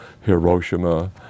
Hiroshima